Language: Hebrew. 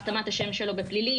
החתמת השם שלו בפלילים,